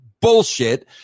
bullshit